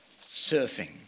surfing